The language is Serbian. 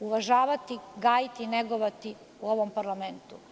uvažavati, gajiti i negovati u ovom parlamentu.